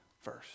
first